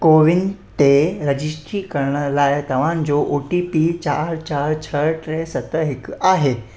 CoWIN ते registry करण लाइ तव्हांजो ओ टी पी चारि चारि छह टे सत हिक आहे